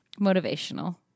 motivational